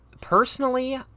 personally